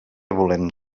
volem